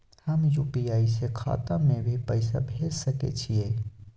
हम यु.पी.आई से खाता में भी पैसा भेज सके छियै?